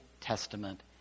Testament